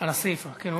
יכול